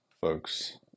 folks